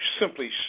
simply